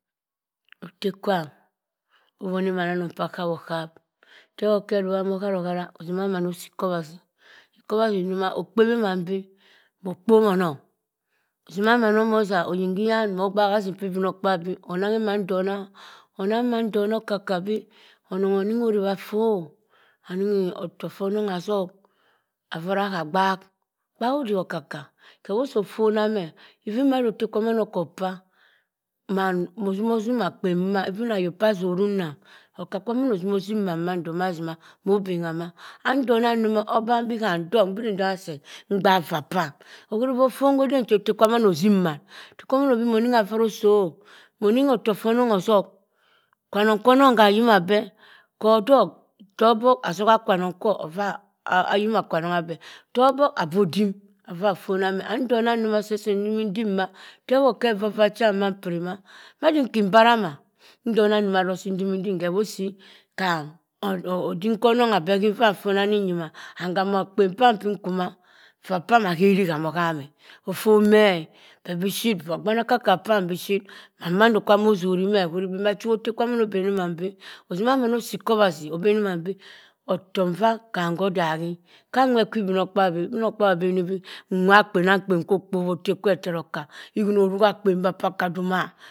Otteh kwam, owoni mana anong oah khabhi okhap. Tewort khe chinmamann osima oharo hara. osima mann osii ikobhasi. Ikobhasi nsoma okpebhi mann bii mokpobonong. Sima mamann ono za oyinhyan ogbaha azim pii ibinokpabi. onang mann ndona, onang mann ndona okaka bii, onang oning orip affu o! Aninnghi ofok fonong azuk. Afora hagbak gbahodik akaka. khewosi ofona meh, win dah otteh kwaman oko aah, mann nnozima asim akpen mboma e. Even ayok pah assorim nnam, oka- kwamin asimo assim mann mando mah mobengha maa. Ndona ndo obanbi handok mbiri ntogha seh mgbak vaa pam. ohuribe ofon ose kwa atteh kwam mann ono zim mann. atteh kwamann obenibe moningha afora oso o, moning otok fonong ozok, kwanong kwanong kha yima abeh. Hodok zoha kwanong kwor offa ayima kwanong abeh. tobok abahodim offah fona ma. ndona injoma sa nsimin ntimah teworr khe evavah cham mah piri maa. mada inki mbara ma, ndona ndoma sii nsimin nsim. khewosi ham, odim kwanong abeh hinva nfona abeh idin yima and ham akpen ham oham e. afon meh e bebiship agbanaka pam biship mando kwu motimo oruk meh e. ohuribi macha iwa otteh kwama obeni mann bii, ozima mann osii ikobhasi oben mann bii otok nvaa ham hodahi. ita nwert kwi ibinokpabi, ibinokpabi oben mann bii nwa kpenamkpen kwo okpobha otteh otara kka, oruha akpen mba padum odum.